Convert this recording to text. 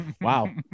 Wow